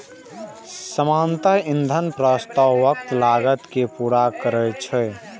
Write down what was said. सामान्यतः ई धन प्रस्तावक लागत कें पूरा करै छै